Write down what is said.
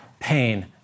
Pain